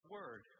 Word